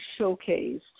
showcased